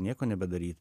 nieko nebedaryt